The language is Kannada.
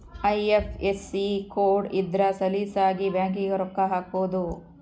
ಐ.ಎಫ್.ಎಸ್.ಸಿ ಕೋಡ್ ಇದ್ರ ಸಲೀಸಾಗಿ ಬ್ಯಾಂಕಿಗೆ ರೊಕ್ಕ ಹಾಕ್ಬೊದು